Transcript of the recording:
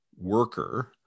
worker